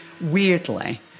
weirdly